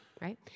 right